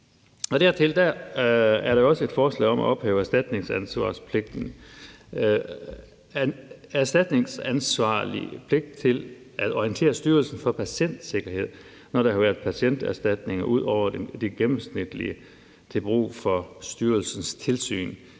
Derudover er der også et forslag om at ophæve erstatningsansvarspligten. Erstatningsansvarlig har pligt til at orientere Styrelsen for Patientsikkerhed, når der har været patienterstatninger ud over det gennemsnitlige, til brug for styrelsens tilsyn.